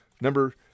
number